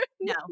No